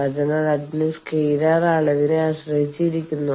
അതിനാൽ അത് സ്കെയിലർ അളവിനെ ആശ്രയിച്ചിരിക്കുന്നു